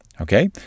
Okay